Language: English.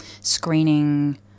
screening